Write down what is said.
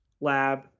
lab